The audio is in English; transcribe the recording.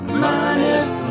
minus